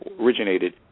originated